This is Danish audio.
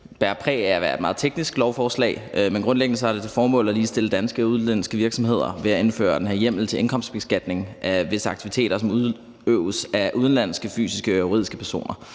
bærer præg af at være et meget teknisk lovforslag, men grundlæggende har det til formål at ligestille danske og udenlandske virksomheder ved at indføre den her hjemmel til indkomstbeskatning af visse aktiviteter, som udøves af udenlandske fysiske og juridiske personer,